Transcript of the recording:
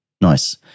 Nice